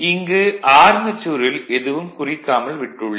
இங்கு ஆர்மெச்சூரில் எதுவும் குறிக்காமல் விட்டுள்ளேன்